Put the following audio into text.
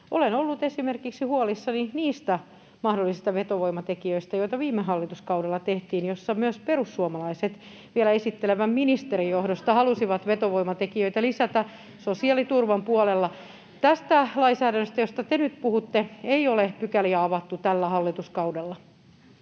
Olen ollut huolissani esimerkiksi niistä mahdollisista vetovoimatekijöistä, joita tehtiin viime hallituskaudella, jolloin myös perussuomalaiset vielä esittelevän ministerin johdolla halusivat vetovoimatekijöitä lisätä sosiaaliturvan puolella. Tästä lainsäädännöstä, josta te nyt puhutte, ei ole pykäliä avattu tällä hallituskaudella.